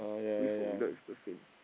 with or without it's the same